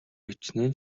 хэчнээн